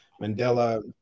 Mandela